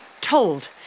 told